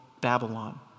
Babylon